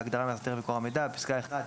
בהגדרה "מאסדר מקור המידע" - בפסקה (1),